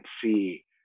see